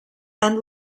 and